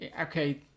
okay